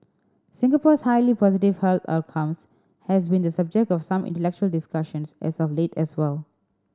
Singapore's highly positive health outcomes has been the subject of some intellectual discussions as of late as well